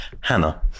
hannah